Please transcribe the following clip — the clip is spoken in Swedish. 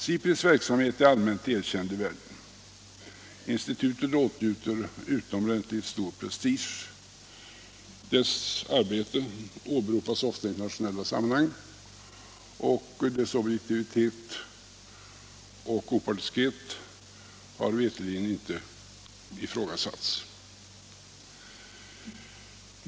SIPRI:s verksamhet är allmänt erkänd i världen. Institutet åtnjuter utomordentligt stor prestige. Dess arbete åberopas ofta i internationella sammanhang, och dess objektivitet och opartiskhet har veterligen inte ifrågasatts.